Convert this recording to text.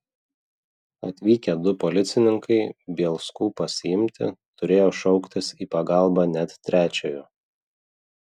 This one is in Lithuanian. atvykę du policininkai bielskų pasiimti turėjo šauktis į pagalbą net trečiojo